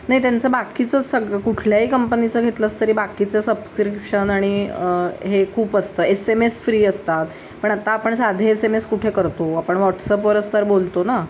नाही त्यांचं बाकीचं सग कुठल्याही कंपनीचं घेतलंस तरी बाकीचं सबस्क्रिप्शन आणि हे खूप असतं एस एम एस फ्री असतात पण आता आपण साधे एस एम एस कुठे करतो आपण व्हॉटसअपवरच तर बोलतो ना